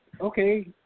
Okay